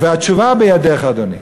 והתשובה בידך, אדוני.